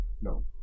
no